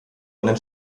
einen